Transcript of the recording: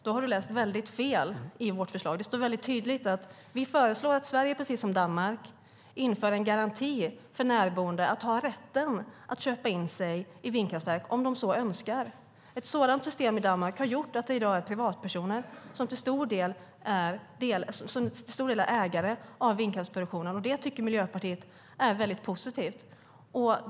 Då har du läst väldigt fel i vårt förslag. Det står tydligt att vi föreslår att Sverige precis som Danmark inför en garanti för närboende. De ska ha rätten att köpa in sig i vindkraftverk om de så önskar. Ett sådant system har gjort att det i dag är privatpersoner som till stor del är ägare av vindkraftsproduktionen i Danmark. Det tycker Miljöpartiet är positivt.